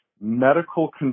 medical